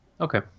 Okay